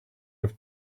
have